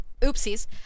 oopsies